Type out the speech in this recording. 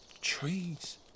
Trees